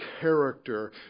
character